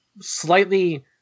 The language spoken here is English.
slightly